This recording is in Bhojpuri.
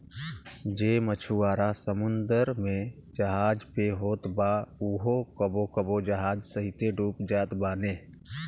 जे मछुआरा समुंदर में जहाज पे होत बा उहो कबो कबो जहाज सहिते डूब जात बाने